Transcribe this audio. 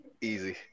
easy